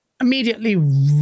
immediately